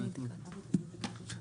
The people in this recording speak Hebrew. דניאלה מהלשכה המשפטית של האוצר.